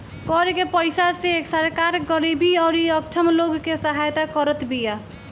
कर के पईसा से सरकार गरीबी अउरी अक्षम लोग के सहायता करत बिया